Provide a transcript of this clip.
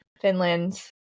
Finland